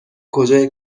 کجای